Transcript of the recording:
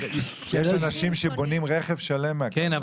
יש אנשים שבונים רכב שלם --- כן,